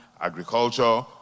agriculture